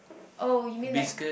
oh you mean like